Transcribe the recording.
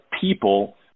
people